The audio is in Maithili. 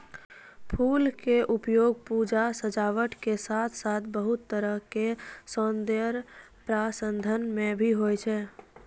फूल के उपयोग पूजा, सजावट के साथॅ साथॅ बहुत तरह के सौन्दर्य प्रसाधन मॅ भी होय छै